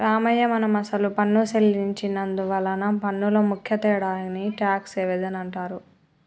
రామయ్య మనం అసలు పన్ను సెల్లించి నందువలన పన్నులో ముఖ్య తేడాని టాక్స్ ఎవేజన్ అంటారు